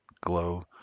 Glow